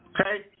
Okay